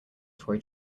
toy